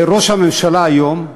ראש הממשלה היום,